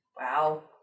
wow